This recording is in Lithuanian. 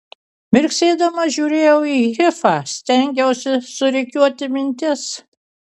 mirksėdama žiūrėjau į hifą stengiausi surikiuoti mintis